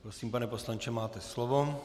Prosím, pane poslanče, máte slovo.